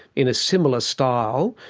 in a similar style,